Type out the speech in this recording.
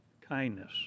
kindness